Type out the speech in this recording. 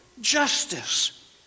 justice